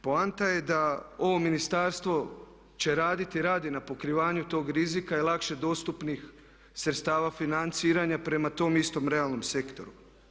Poanta je da ovo ministarstvo će raditi i radi na pokrivanju tog rizika i lakše dostupnih sredstava financiranja prema tom istom realnom sektoru.